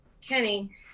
Kenny